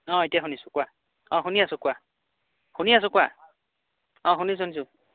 অঁ এতিয়া শুনিছো কোৱা অঁ শুনি আছো কোৱা শুনি আছো কোৱা অঁ শুনিছো শুনিছো